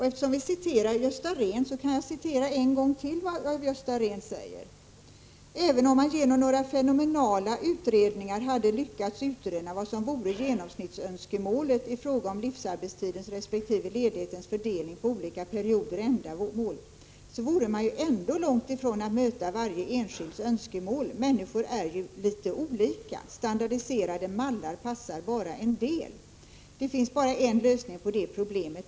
Eftersom vi har citerat Gösta Rehn, så kan jag citera en gång till vad han säger: ”--- även om man genom några fenomenala utredningar hade lyckats utröna vad som vore genomsnittsönskemålet i fråga om livsarbetstidens respektive ledighetens fördelning på olika perioder och ändamål, så vore man ju ändå långt ifrån att möta varje enskilds önskemål. Människor är ju lite olika. Standardiserade mallar passar bara en del. Det finns bara en lösning på det problemet.